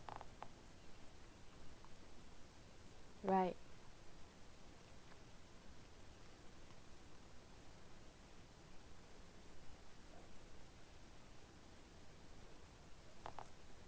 right